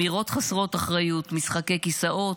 אמירות חסרות אחריות, משחקי כיסאות,